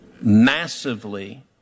massively